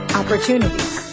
opportunities